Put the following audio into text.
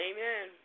Amen